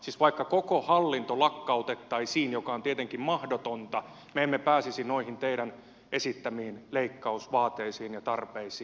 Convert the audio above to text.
siis vaikka koko hallinto lakkautettaisiin mikä on tietenkin mahdotonta me emme pääsisi noihin teidän esittämiinne leikkausvaateisiin ja tarpeisiin